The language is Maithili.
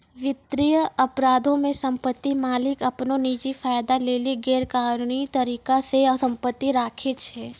वित्तीय अपराधो मे सम्पति मालिक अपनो निजी फायदा लेली गैरकानूनी तरिका से सम्पति राखै छै